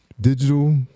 Digital